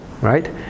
right